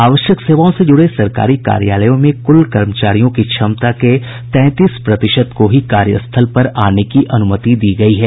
आवश्यक सेवाओं से जुड़े सरकारी कार्यालयों में कुल कर्मचारियों की क्षमता के तैंतीस प्रतिशत को ही कार्यस्थल पर आने की अनुमति दी गयी है